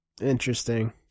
Interesting